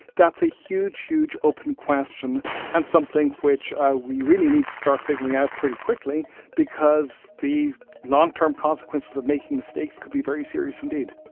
that's a huge, huge open question and something which we really need to start figuring out pretty quickly because the long-term consequences of making mistakes could be very serious, indeed